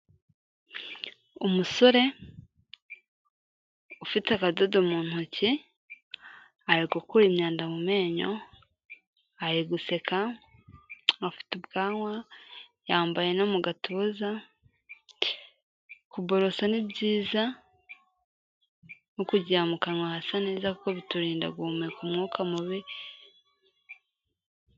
Umusore ufite akadodo mu ntoki, ari gukura imyanda mu menyo, ari guseka afite ubwanwa, yambaye no mu gatuza, kuborosa ni byiza no kugira mu kanwa hasa neza kuko biturinda guhumeka umwuka mubi.